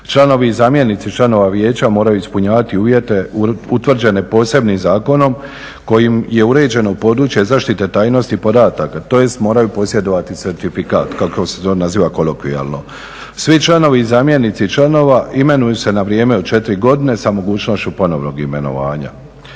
Članovi i zamjenici članova Vijeća moraju ispunjavati uvjete utvrđene posebnim zakonom kojim je uređeno područje zaštite tajnosti podataka, tj. moraju posjedovati certifikat kako se to naziva kolokvijalno. Svi članovi i zamjenici članova imenuju se na vrijeme od 4 godine sa mogućnošću ponovnog imenovanja.